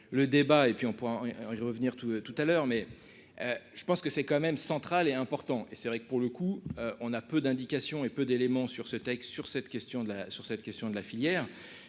le débat et puis on pourrait revenir tout tout à l'heure, mais je pense que c'est quand même central est important et c'est vrai que pour le coup, on a peu d'indications et peu d'éléments sur ce texte sur cette question de la sur